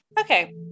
Okay